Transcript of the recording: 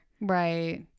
right